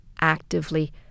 actively